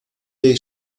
dei